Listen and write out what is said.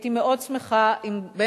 הייתי מאוד שמחה אם,